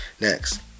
Next